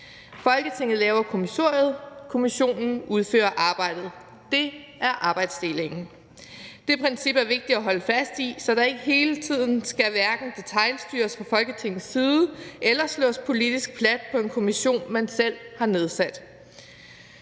Folketinget laver kommissoriet, kommissionen udfører arbejdet. Det er arbejdsdelingen. Det princip er vigtigt at holde fast i, så der ikke hele tiden skal detailstyres fra Folketingets side eller slås politisk plat på en kommission, man selv har nedsat.